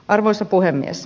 arvoisa puhemies